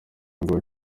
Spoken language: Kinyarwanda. ngo